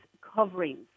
coverings